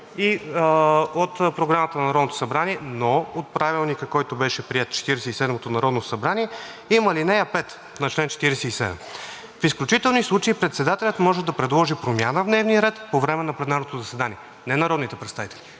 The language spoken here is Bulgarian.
от програмата на Народното събрание, но в Правилника, който беше приет в Четиридесет и седмото народно събрание, има ал. 5 на чл. 47: „В изключителни случаи председателят може да предложи промяна в дневния ред по време на пленарното заседание.“ Не народните представители,